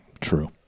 True